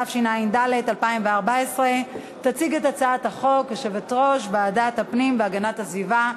התשע"ד 2014. תציג את הצעת החוק יושבת-ראש ועדת הפנים והגנת הסביבה,